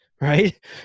right